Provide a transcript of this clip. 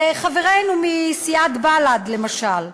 חברינו מסיעת בל"ד למשל,